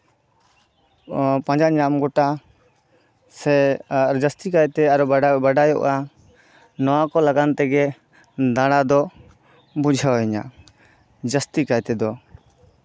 ᱯᱟᱸᱡᱟ ᱧᱟᱢ ᱜᱚᱴᱟ ᱥᱮ ᱟᱨᱚ ᱡᱟᱹᱥᱛᱤ ᱠᱟᱭᱛᱮ ᱟᱨᱚ ᱵᱟᱰᱟᱭᱚᱜᱼᱟ ᱱᱚᱣᱟ ᱠᱚ ᱞᱟᱜᱟᱱ ᱛᱮᱜᱮ ᱫᱟᱬᱟ ᱫᱚ ᱵᱩᱡᱷᱹᱣ ᱤᱧᱟᱹ ᱡᱟᱹᱥᱛᱤ ᱠᱟᱭ ᱛᱮᱫᱚ